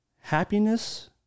happiness